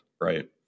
right